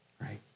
right